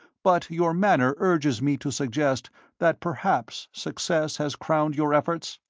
but your manner urges me to suggest that perhaps success has crowned your efforts?